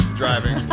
driving